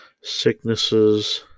sicknesses